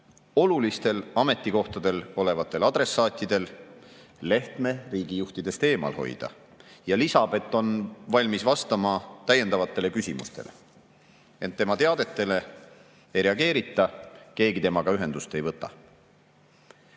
olulistel ametikohtadel olevatel adressaatidel Lehtme riigijuhtidest eemal hoida, ja lisab, et on valmis vastama täiendavatele küsimustele. Ent tema teadetele ei reageerita, keegi temaga ühendust ei võta. Täna